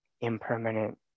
impermanent